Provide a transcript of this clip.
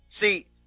See